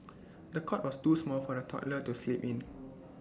the cot was too small for the toddler to sleep in